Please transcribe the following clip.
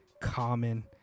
Common